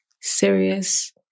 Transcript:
serious